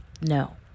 No